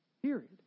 Period